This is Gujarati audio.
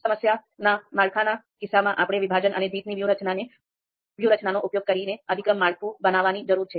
સમસ્યાના માળખાના કિસ્સામાં આપણે 'વિભાજન અને જીતવાની વ્યૂહરચનાનો ઉપયોગ કરીને અધિક્રમ માળખું બનાવવાની જરૂર છે